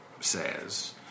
says